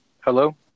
Hello